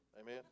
amen